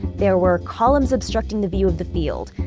there were columns obstructing the view of the field,